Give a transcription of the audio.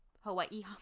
hawaii